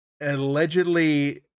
Allegedly